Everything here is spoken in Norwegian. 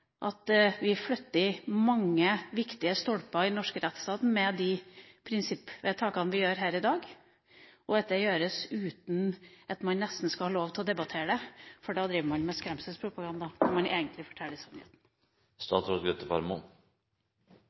at vi flytter mange viktige stolper i den norske rettsstaten med de prinsippvedtakene vi gjør her i dag, og at det gjøres uten at man nesten skal ha lov til å debattere det. Da driver man med skremselspropaganda, når man egentlig forteller